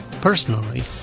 Personally